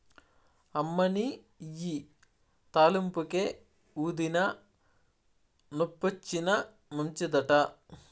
అమ్మనీ ఇయ్యి తాలింపుకే, ఊదినా, నొప్పొచ్చినా మంచిదట